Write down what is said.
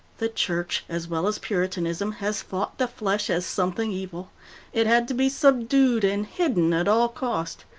the church, as well as puritanism, has fought the flesh as something evil it had to be subdued and hidden at all cost.